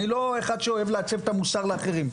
אני לא אחד שאוהב לעצב את המוסר לאחרים.